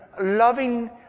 loving